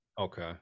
Okay